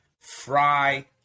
fry